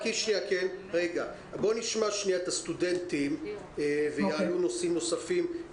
כן, נשמע את הסטודנטים, ויעלו נושאים נוספים.